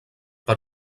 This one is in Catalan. per